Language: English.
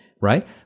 right